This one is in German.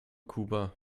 kuba